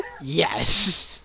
Yes